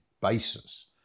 basis